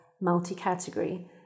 multi-category